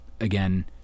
again